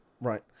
right